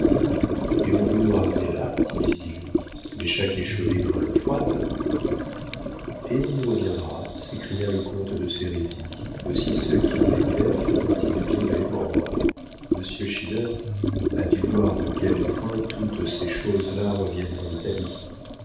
et l'on veut nous ramener là dit mistigris mais chaque échaudé craint l'eau froide et on y viendra s'écria le comte de sérisy aussi ceux qui ont des terres feront-ils bien de les vendre monsieur schinner a dû voir de quel train toutes ces choses-là reviennent en italie